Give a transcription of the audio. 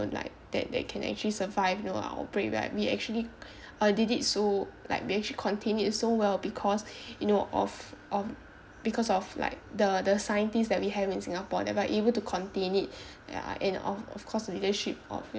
like that that can actually survive you know uh operate well and we actually did it so like they actually contained it so well because you know of of because of like the the scientist that we have in singapore they are able to contain it ya and of of course the leadership of